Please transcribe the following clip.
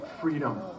freedom